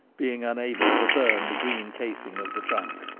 being unable to burn the green casing of the trunk.